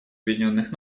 объединенных